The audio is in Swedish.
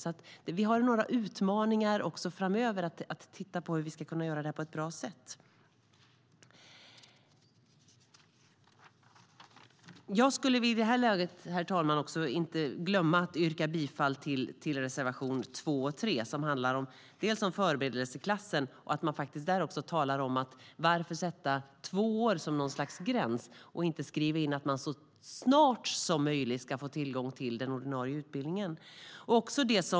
Vi har alltså några utmaningar framöver i att titta på hur vi ska kunna göra det här på ett bra sätt. Herr talman! Jag får inte glömma att yrka bifall till reservationerna 2 och 3, som bland annat handlar om förberedelseklassen. Varför sätta två år som något slags gräns och inte skriva in att man så snart som möjligt ska få tillgång till den ordinarie utbildningen?